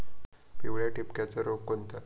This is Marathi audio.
पिवळ्या ठिपक्याचा रोग कोणता?